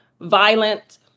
violent